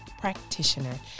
practitioner